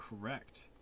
correct